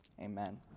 Amen